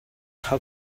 how